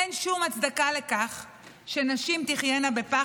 אין שום הצדקה לכך לנשים תחיינה בפחד,